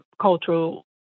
cultural